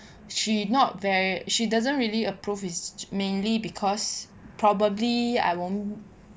she not very she doesn't really approve is mainly because probably I won't